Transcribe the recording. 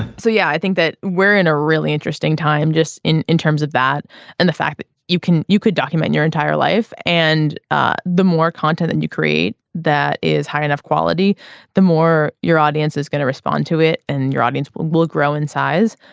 so yeah i think that we're in a really interesting time just in in terms of that and the fact that you can you could document your entire life and ah the more content and you create that is high enough quality the more your audience is going to respond to it and your audience will will grow in size.